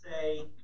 say